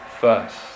first